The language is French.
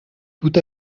tout